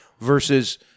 versus